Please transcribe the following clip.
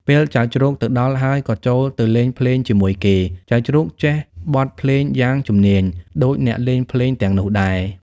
ពេលចៅជ្រូកទៅដល់ហើយក៏ចូលទៅលេងភ្លេងជាមួយគេ ចៅជ្រូកចេះបទភ្លេងយ៉ាងជំនាញដូចអ្នកលេងភ្លេងទាំងនោះដែរ។